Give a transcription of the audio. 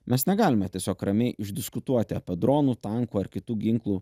mes negalime tiesiog ramiai išdiskutuoti apie dronų tankų ar kitų ginklų